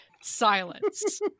Silence